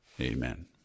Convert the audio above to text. Amen